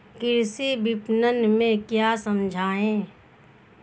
कृषि विपणन में क्या समस्याएँ हैं?